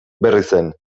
berrizen